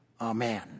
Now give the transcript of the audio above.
Amen